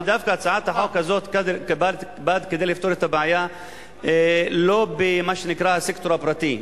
דווקא הצעת החוק הזאת באה לפתור את הבעיה לא במה שנקרא הסקטור הפרטי,